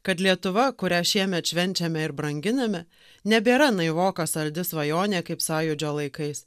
kad lietuva kurią šiemet švenčiame ir branginame nebėra naivoka saldi svajonė kaip sąjūdžio laikais